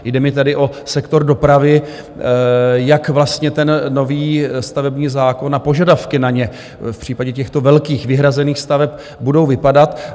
Jde mi tedy o sektor dopravy, jak vlastně nový stavební zákon a požadavky na ně v případě těchto velkých vyhrazených staveb budou vypadat.